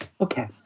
Okay